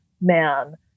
man